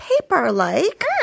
paper-like